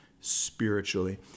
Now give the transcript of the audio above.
spiritually